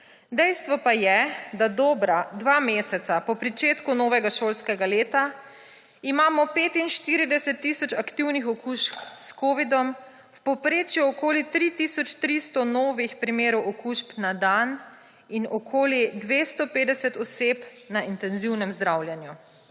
Dejstvo pa je, da imamo dobra dva meseca po pričetku novega šolskega leta 45 tisoč aktivnih okužb s covidom, v povprečju okoli 3 tisoč 300 novih primerov okužb na dan in okoli 250 oseb na intenzivnem zdravljenju.